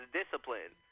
discipline